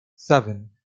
seven